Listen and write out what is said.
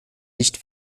nicht